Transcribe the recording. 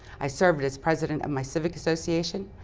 i served as president of my civic association,